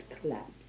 collapse